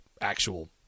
actual –